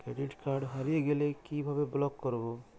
Credit card হারিয়ে গেলে কি ভাবে ব্লক করবো?